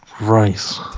Rice